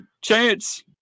Chance